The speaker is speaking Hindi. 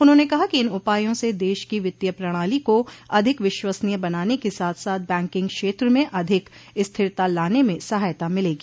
उन्होंने कहा कि इन उपायों से देश की वित्तीय प्रणाली को अधिक विश्वसनीय बनाने के साथ साथ बैंकिंग क्षेत्र में अधिक स्थिरता लाने में सहायता मिलेगी